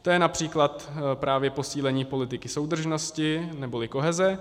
To je například právě posílení politiky soudržnosti neboli koheze.